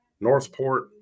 Northport